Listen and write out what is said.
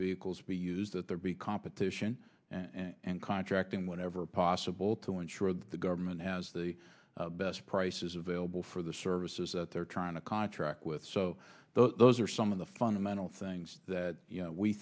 vehicles be used that there be competition and contracting whenever possible to ensure that the government has the best prices available for the services that they're trying to contract with so those are some of the fundamental things that